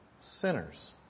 sinners